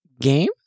game